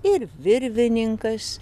ir virvininkas